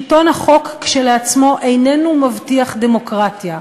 שלטון החוק כשלעצמו איננו מבטיח דמוקרטיה.